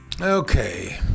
Okay